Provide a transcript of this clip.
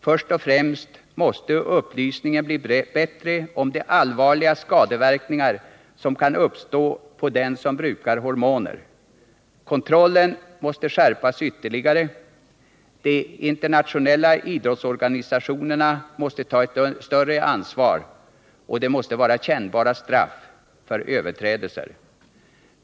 Först och främst måste upplysningen bli bättre om de allvarliga skadeverkningar som kan uppstå på den som brukar hormoner. Kontrollen måste skärpas ytterligare, de internationella idrottsorganisationerna måste ta ett större ansvar och det måste vara kännbara straff för överträdelser.